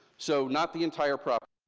so not the entire property,